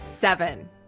Seven